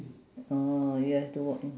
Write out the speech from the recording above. oh you have to walk in